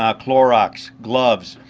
ah clorox, gloves.